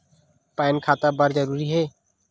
Pan खाता बर जरूरी हे?